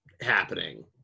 happening